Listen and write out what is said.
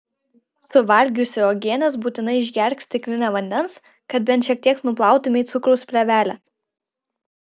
suvalgiusi uogienės būtinai išgerk stiklinę vandens kad bent šiek tiek nuplautumei cukraus plėvelę